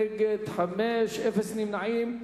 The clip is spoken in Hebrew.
נגד, 5, אפס נמנעים.